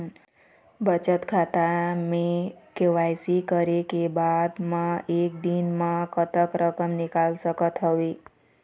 बचत खाता म के.वाई.सी करे के बाद म एक दिन म कतेक रकम निकाल सकत हव?